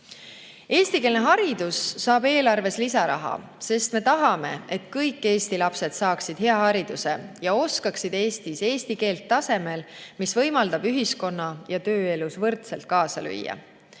Eestikeelne haridus saab eelarves lisaraha, sest me tahame, et kõik Eesti lapsed saaksid hea hariduse ja oskaksid Eestis eesti keelt tasemel, mis võimaldab ühiskonna- ja tööelus võrdsena kaasa lüüa.